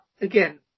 again